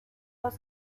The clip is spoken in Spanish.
los